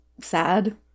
sad